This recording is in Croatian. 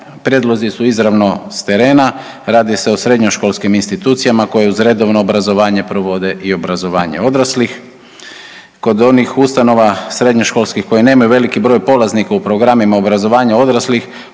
Prijedlozi su izravno s terena, radi se o srednjoškolskim institucijama koje uz redovno obrazovanje provode i obrazovanje odraslih. Kod onih ustanova srednjoškolskih koji nemaju veliki broj polaznika u programima obrazovanja odraslih